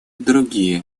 другие